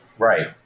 Right